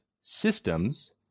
systems